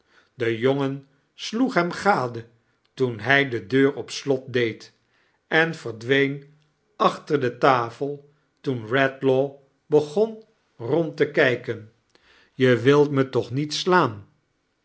de jongen sloeg hem gade toen hij de deur op slot deed en verdween achter de tafel toen redlaw begon rond te kijken je wilt me toch niet slaan